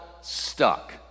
stuck